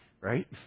right